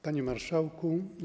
Panie Marszałku!